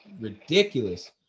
ridiculous